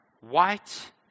white